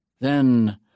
Then